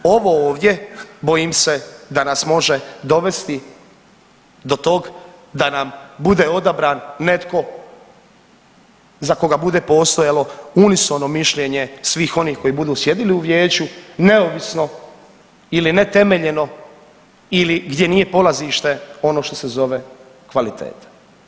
Ovo ovdje bojim se da nas može dovesti do tog da nam bude odabran netko za koga bude postojalo unisono mišljenje svih onih koji budu sjedili u vijeću neovisno ili netemeljeno ili gdje nije polazište ono što se zove kvaliteta.